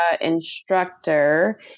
instructor